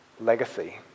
legacy